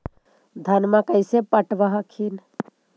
धन्मा कैसे पटब हखिन?